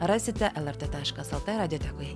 rasite lrt taškas lt radiotekoje